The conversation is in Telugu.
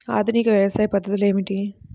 ఆధునిక వ్యవసాయ పద్ధతులు ఏమిటి?